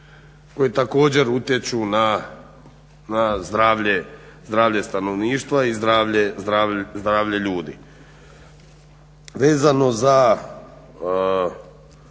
koje također utječu na zdravlje stanovništva i zdravlje ljudi.